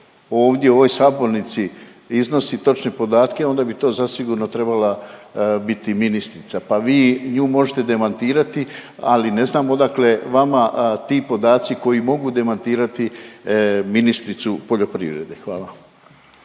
ovdje u ovoj sabornici iznosi točne podatke onda bi to zasigurno trebala biti ministrica, pa vi nju možete demantirati, ali ne znam odakle vama ti podaci koji mogu demantirati ministricu poljoprivrede. Hvala.